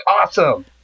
awesome